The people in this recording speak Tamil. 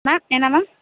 மேம் என்ன மேம்